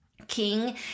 King